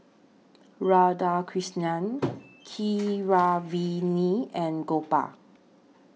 Radhakrishnan Keeravani and Gopal